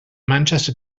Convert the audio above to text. manchester